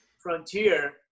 frontier